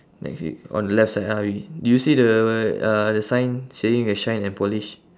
next we on the left side already do you see the uh the sign saying uh shine and polish